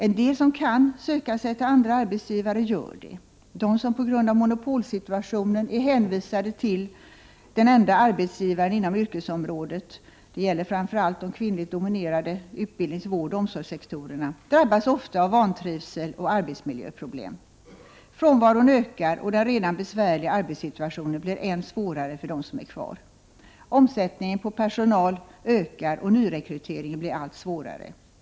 En del som kan söka sig till andra arbetsgivare gör det. De som på grund av monopolsituationen är hänvisade till en enda arbetsgivare inom yrkesområdet — det gäller framför allt de kvinnligt dominerade utbildnings-, vårdoch omsorgssektorerna — drabbas ofta av vantrivsel och arbetsmiljöproblem. Frånvaron ökar och den redan besvärliga arbetssituationen blir än svårare för dem som är kvar. Omsättningen på personal ökar och nyrekryteringen blir allt svårare.